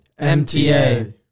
MTA